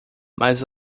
mas